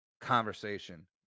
conversation